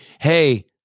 Hey